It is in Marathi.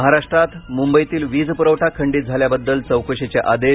महाराष्ट्रात मुंबईतील वीज पुरवठा खंडीत झाल्याबद्दल चौकशीचे आदेश